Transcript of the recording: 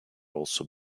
also